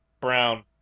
Brown